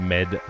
Med